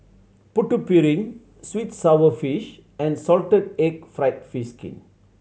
Putu Piring sweet and sour fish and salted egg fried fish skin